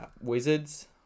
Wizards